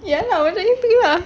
ya lah exactly lah